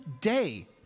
day